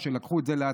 או לקחו את זה לעצמם,